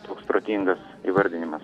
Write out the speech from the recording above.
toks protingas įvardinimas